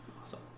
awesome